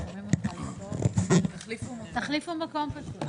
פשוט תחליפו מקום.